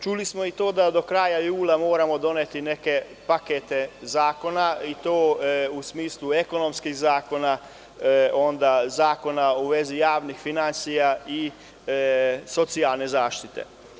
Čuli smo i to da do kraja jula moramo doneti neke pakete zakona, i to u smislu ekonomskih zakona, onda zakona u vezi javnih finansija i socijalne zaštite.